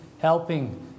helping